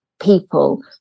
people